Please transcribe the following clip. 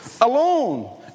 Alone